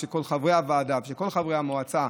ושל כל חברי הוועדה ושל כל חברי המועצה,